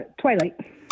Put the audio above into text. Twilight